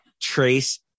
trace